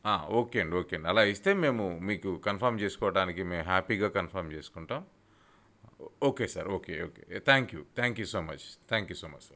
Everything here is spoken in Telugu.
ఓకే అండి ఓకే అండి అలా ఇస్తే మేము మీకు కన్ఫామ్ చేసుకోటానికి మేం హ్యాపీగా కన్ఫామ్ చేసుకుంటాం okay sir okay okay thank you thank you so much thank you so much sir